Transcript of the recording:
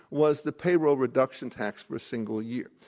was the payroll reduction tax for a single year,